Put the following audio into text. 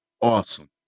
Awesome